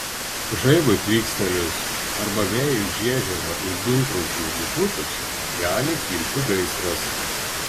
žaibui tvykstelėjus arba vėjui žiežirbą iš dūmtraukių nupūtus gali kilti gaisras